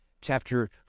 chapter